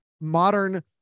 modern